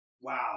Wow